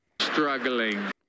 Struggling